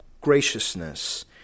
graciousness